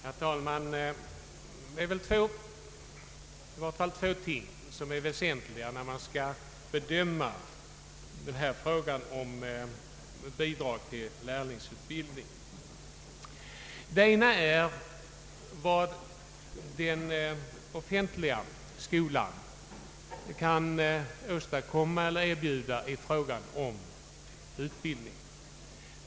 Herr talman! Det är i varje fall två ting som är väsentliga, när frågan om bidrag till lärlingsutbildning skall bedömas. Det ena är vad den allmänna skolan kan erbjuda i fråga om utbildning.